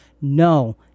no